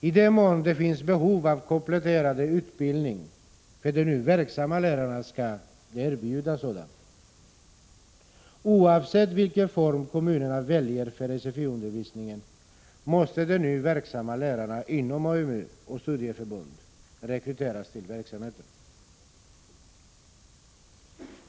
I den mån det finns ett behov av kompletterande utbildning för de nu verksamma lärarna skall dessa erbjudas sådan utbildning. Oavsett vilken form kommunerna väljer för sfi-undervisningen måste de nu verksamma lärarna inom AMU och studieförbunden rekryteras till den här verksamheten.